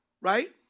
right